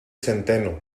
centeno